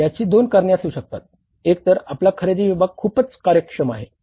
याची दोन कारणे असू शकतात एकतर आपला खरेदी विभाग खूपच कार्यक्षम आहे